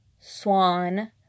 Swan